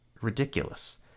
ridiculous